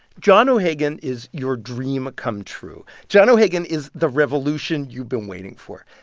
john o'hagan is your dream come true. john o'hagan is the revolution you've been waiting for.